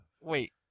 Wait